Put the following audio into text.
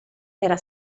era